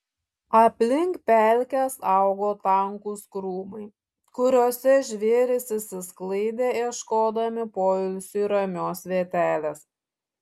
aplink pelkes augo tankūs krūmai kuriuose žvėrys išsisklaidė ieškodami poilsiui ramios vietelės